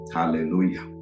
Hallelujah